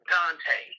Dante